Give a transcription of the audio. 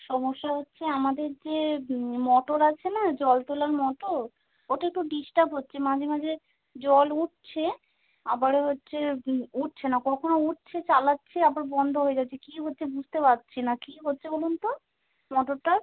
সমস্যা হচ্ছে আমাদের যে মোটর আছে না জল তোলার মোটর ওটা একটু ডিসটার্ব হচ্ছে মাঝে মাঝে জল উঠছে আবারও হচ্ছে উঠছে না কখনও উঠছে চালাচ্ছে আবার বন্ধ হয়ে যাচ্ছে কি হচ্ছে বুঝতে পারছি না কি হচ্ছে বলুন তো মোটরটার